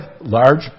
large